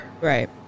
right